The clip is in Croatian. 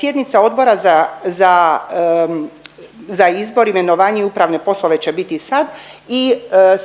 sjednica odbora za, za, za izbor, imenovanja i upravne poslove će biti sad i